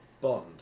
Bond